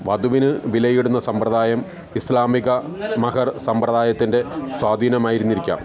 വധുവിന് വിലയിടുന്ന സമ്പ്രദായം ഇസ്ലാമിക മഹർ സമ്പ്രദായത്തിന്റെ സ്വാധീനമായിരുന്നിരിക്കാം